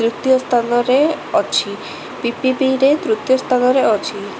ଦ୍ଵିତୀୟରେ ସ୍ଥାନରେ ଅଛି ପିପିରେ ତୃତୀୟ ସ୍ଥାନରେ ଅଛି